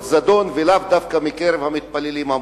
זדון ולאו דווקא מקרב המתפללים המוסלמים.